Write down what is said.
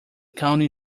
county